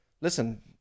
listen